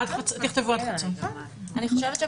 אני לא